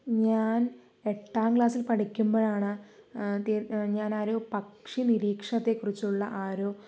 ഞാൻ എട്ടാം ക്ലാസ്സിൽ പഠിക്കുമ്പോഴാണ് ആദ്യം ഞാൻ ഒരു പക്ഷി നിരീക്ഷണത്തെ കുറിച്ചുള്ള ആ ഒരു